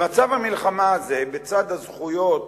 במצב המלחמה הזה, בצד הזכויות,